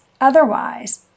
Otherwise